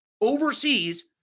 overseas